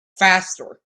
faster